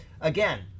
Again